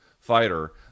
fighter